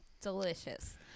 delicious